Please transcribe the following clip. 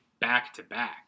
back-to-back